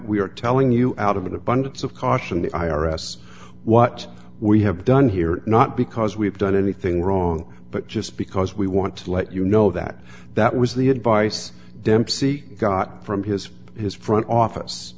we are telling you out of an abundance of caution the i r s what we have done here not because we've done anything wrong but just because we want to let you know that that was the advice dempsey got from his his front office